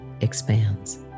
expands